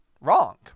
wrong